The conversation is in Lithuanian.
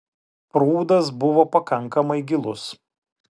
prūdas buvo pakankamai gilus